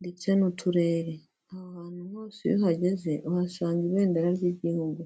ndetse n'uturere, ahantu hose iyo uhageze uhasanga ibendera ry'igihugu.